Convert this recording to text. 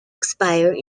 expire